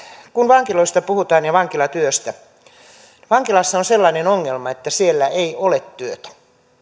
kun vankiloista ja vankilatyöstä puhutaan vankilassa on sellainen ongelma että siellä ei ole työtä